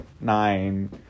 nine